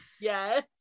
yes